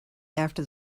after